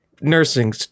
nursing